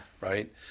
Right